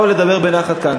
או לדבר בנחת כאן.